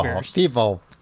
people